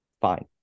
Fine